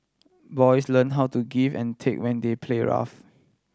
boys learn how to give and take when they play rough